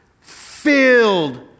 filled